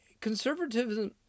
conservatism